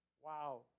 Wow